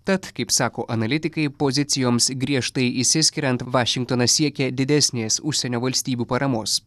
tad kaip sako analitikai pozicijoms griežtai išsiskiriant vašingtonas siekia didesnės užsienio valstybių paramos